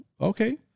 Okay